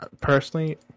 personally